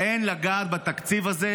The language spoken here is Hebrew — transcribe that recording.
אין לגעת בתקציב הזה,